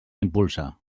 impulsa